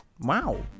wow